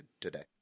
today